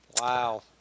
Wow